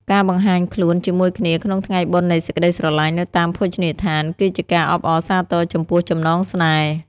ការបង្ហាញខ្លួនជាមួយគ្នាក្នុងថ្ងៃបុណ្យនៃសេចក្ដីស្រឡាញ់នៅតាមភោជនីយដ្ឋាន គឺជាការអបអរសាទរចំពោះចំណងស្នេហ៍។